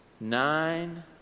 Nine